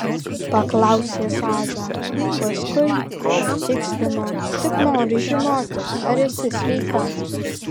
paklausė zaza paskui patikslino tik noriu žinoti ar esi sveika